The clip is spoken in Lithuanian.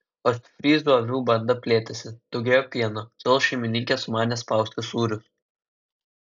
ostfryzų avių banda plėtėsi daugėjo pieno todėl šeimininkė sumanė spausti sūrius